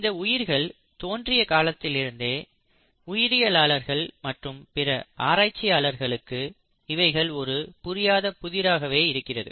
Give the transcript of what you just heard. இந்த உயிர்கள் தோன்றிய காலத்திலிருந்தே உயிரியலாளர்கள் மற்றும் பிற ஆராய்ச்சியாளர்களுக்கு இவைகள் ஒரு புரியாத புதிராகவே இருக்கிறது